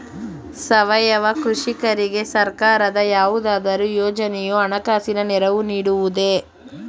ಸಾವಯವ ಕೃಷಿಕರಿಗೆ ಸರ್ಕಾರದ ಯಾವುದಾದರು ಯೋಜನೆಯು ಹಣಕಾಸಿನ ನೆರವು ನೀಡುವುದೇ?